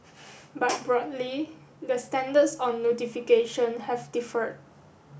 but broadly the standards on notification have differed